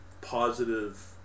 positive